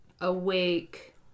awake